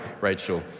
Rachel